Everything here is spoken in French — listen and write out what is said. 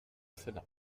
sénat